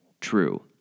true